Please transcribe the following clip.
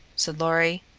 said lorry.